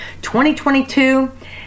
2022